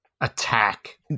attack